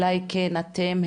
אולי כן אתם,